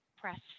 press